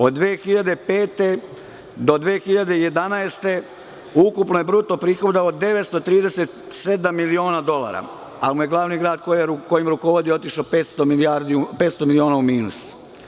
Od 2005. godine do 2011. godine ukupno je bruto prihoda od 937 miliona dolara, ali mu je glavni grad kojim rukovodi otišao 500 miliona u minus.